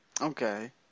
Okay